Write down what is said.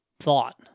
thought